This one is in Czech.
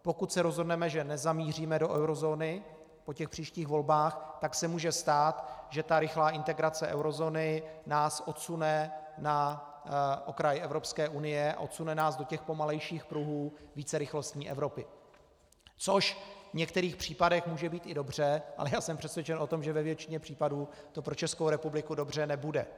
Pokud se rozhodneme, že nezamíříme do eurozóny po těch příštích volbách, tak se může stát, že rychlá integrace eurozóny nás odsune na okraj Evropské unie, odsune nás do pomalejších pruhů vícerychlostní Evropy, což v některých případech může být i dobře, ale já jsem přesvědčen o tom, že ve většině případů to pro Českou republiku dobře nebude.